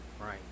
right